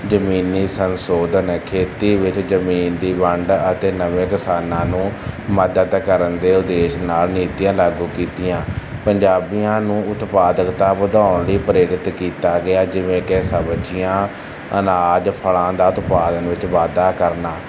ਜ਼ਮੀਨੀ ਸੰਸ਼ੋਧਨ ਖੇਤੀ ਵਿੱਚ ਜ਼ਮੀਨ ਦੀ ਵੰਡ ਅਤੇ ਨਵੇਂ ਕਿਸਾਨਾਂ ਨੂੰ ਮਦਦ ਕਰਨ ਦੇ ਉਦੇਸ਼ ਨਾਲ ਨੀਤੀਆਂ ਲਾਗੂ ਕੀਤੀਆਂ ਪੰਜਾਬੀਆਂ ਨੂੰ ਉਤਪਾਦਕਤਾ ਵਧਾਉਣ ਲਈ ਪ੍ਰੇਰਿਤ ਕੀਤਾ ਗਿਆ ਜਿਵੇਂ ਕਿ ਸਬਜ਼ੀਆਂ ਅਨਾਜ ਫਲਾਂ ਦਾ ਉਤਪਾਦਨ ਵਿੱਚ ਵਾਧਾ ਕਰਨਾ